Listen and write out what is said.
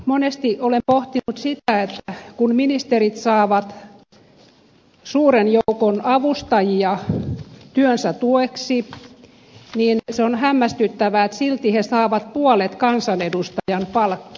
monesti olen pohtinut sitä että kun ministerit saavat suuren joukon avustajia työnsä tueksi niin se on hämmästyttävää että silti he saavat puolet kansanedustajan palkkiosta